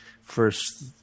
first